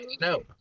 No